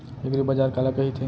एगरीबाजार काला कहिथे?